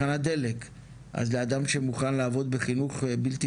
אז לאדם שמוכן לעבוד בחינוך בלתי